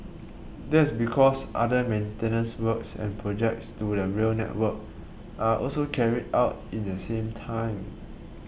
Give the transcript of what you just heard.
that's because other maintenance works and projects to the rail network are also carried out in the same time